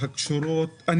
פרק ז',